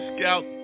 Scout